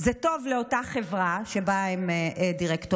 זה טוב לאותה חברה שבה הם דירקטורים,